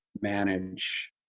manage